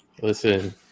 Listen